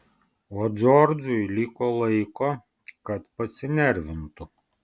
o džordžui liko laiko kad pasinervintų